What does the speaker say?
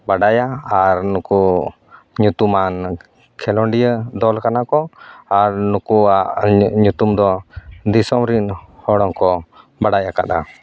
ᱵᱟᱰᱟᱭᱟ ᱟᱨ ᱱᱩᱠᱩ ᱧᱩᱛᱩᱢᱟᱱ ᱠᱷᱮᱞᱚᱰᱤᱭᱟᱹ ᱫᱚᱞ ᱠᱟᱱᱟ ᱠᱚ ᱟᱨ ᱱᱩᱠᱩᱣᱟᱜ ᱧᱩᱛᱩᱢ ᱫᱚ ᱫᱤᱥᱚᱢ ᱨᱤᱱ ᱦᱚᱲ ᱦᱚᱸᱠᱚ ᱵᱟᱰᱟᱭ ᱟᱠᱟᱫᱼᱟ